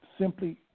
Simply